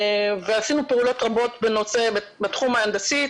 עשינו פעולות רבות בתחום ההנדסי.